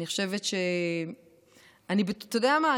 אתה יודע מה?